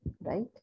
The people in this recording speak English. right